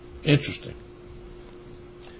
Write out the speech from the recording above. Interesting